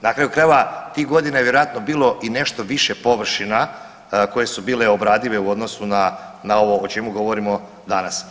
Na kraju krajeva tih godina je vjerojatno bilo i nešto više površina koje su bile obradive u odnosu na ovo o čemu govorimo danas.